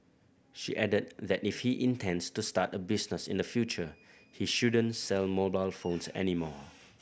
she added that if he intends to start a business in the future he shouldn't sell mobile phones any more